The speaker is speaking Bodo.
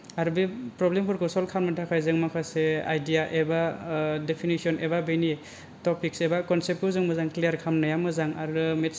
आरो बे प्रब्लेम फोरखौ सल्भ खालामनो थाखाय जों माखासे आइदिया एबा डिपिनेसन एबा बिनि टफिक्स एबा कनसेप्ट खौ जों मोजां क्लियार खालामनाया मोजां आरो मेटस